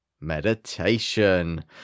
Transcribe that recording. meditation